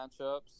matchups